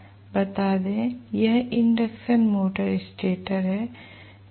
बता दें यह इंडक्शन मोटर स्टेटर है